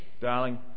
darling